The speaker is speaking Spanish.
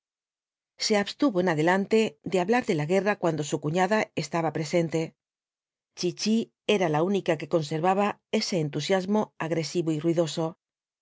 se abstuvo en adelante de hablar de la guerra cuando su cufiada estaba presente chichi era la única que conservaba su entusiasmo agresivo y ruidoso